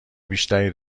بیشتری